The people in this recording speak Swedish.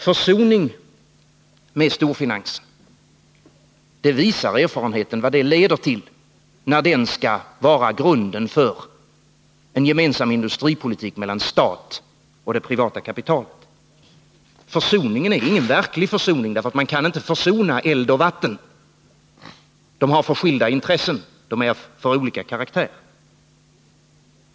Försoning med storfinansen — erfarenheten visar vad det leder till när den skall vara grunden för en gemensam industripolitik mellan staten och det privata kapitalet. Försoningen är ingen verklig försoning. Man kan nämligen inte försona eld och vatten. De har för olika karaktär.